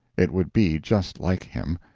it would be just like him.